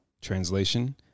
Translation